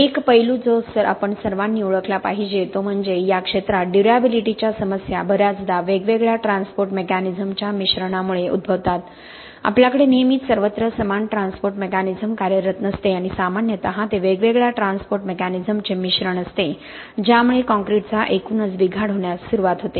एक पैलू जो आपण सर्वांनी ओळखला पाहिजे तो म्हणजे या क्षेत्रात ड्युरॅबिलिटीच्या समस्या बर्याचदा वेगवेगळ्या ट्रांस्पोर्ट मेक्यनिझम च्या मिश्रणामुळे उद्भवतात आपल्याकडे नेहमीच सर्वत्र समान ट्रांस्पोर्ट मेक्यनिझम कार्यरत नसते आणि सामान्यतः ते वेगवेगळ्या ट्रांस्पोर्ट मेक्यनिझम चे मिश्रण असते ज्या मुळे कॉंक्रिटचा एकूणच बिघाड होण्यास सुरुवात होते